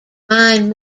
mind